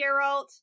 Geralt